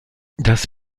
das